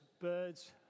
birds